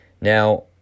Now